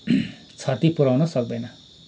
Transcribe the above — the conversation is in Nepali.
क्षति पुऱ्याउन सक्दैन